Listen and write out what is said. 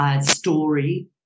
story